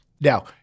Now